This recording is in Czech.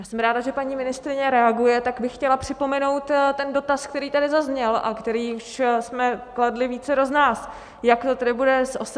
Já jsem ráda, že paní ministryně reaguje, tak bych chtěla připomenout ten dotaz, který tady zazněl a který už jsme kladli, vícero z nás, jak to tedy bude s OSVČ.